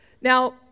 Now